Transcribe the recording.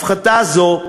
הפחתה זו,